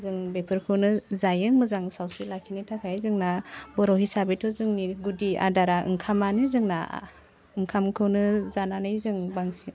जों बेफोरखौनो जायो मोजां सावस्रि लाखिनो थाखाय जोंना बर' हिसाबैथ' जोंनि गुदि आदारा ओंखामानो जोंना ओंखामखौनो जानानै जों बांसिन